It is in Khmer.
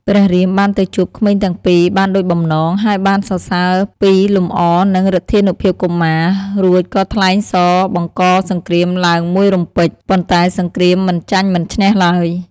ព្រះរាមបានទៅជួបក្មេងទាំងពីរបានដូចបំណង ហើយបានសរសើរពីលំអនិងឫទ្ធានុភាពកុមារ រួចក៏ថ្លែងសរបង្កសង្គ្រាមឡើងមួយរំពេច ប៉ុន្តែសង្គ្រាមមិនចាញ់មិនឈ្នះឡើយ។